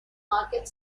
market